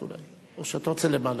2012, נתקבל.